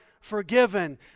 forgiven